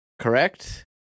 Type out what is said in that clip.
correct